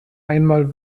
einmal